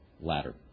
ladder